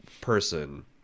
person